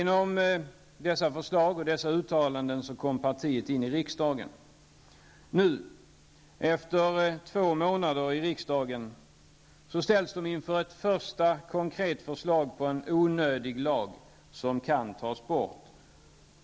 Genom dessa förslag och dessa uttalanden kom partiet in i riksdagen. Nu, efter två månader i riksdagen, ställs partiets ledamöter inför ett första konkret förslag om att ta bort en onödig lag.